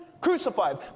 crucified